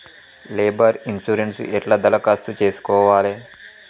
Labour insurance ఎట్ల దరఖాస్తు చేసుకోవాలే?